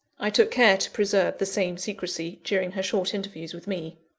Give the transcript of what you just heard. i took care to preserve the same secrecy, during her short interviews with me.